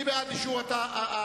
מי בעד אישור הסעיף?